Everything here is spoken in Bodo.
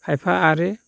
खायफा आरो